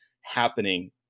happening